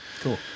Cool